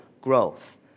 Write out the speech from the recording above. growth